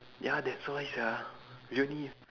ya that's why sia really